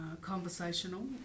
conversational